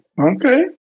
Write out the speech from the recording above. okay